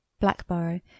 Blackborough